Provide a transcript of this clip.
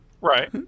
Right